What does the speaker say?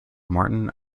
martin